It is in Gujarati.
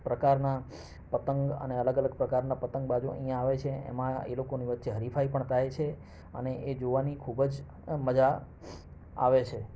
પ્રકારના પતંગ અને અલગ અલગ પ્રકારના પતંગબાજો અહીંયાં આવે છે એમાં એ લોકોની વચ્ચે હરીફાઈ પણ થાય છે અને એ જોવાની ખૂબ જ મજા આવે છે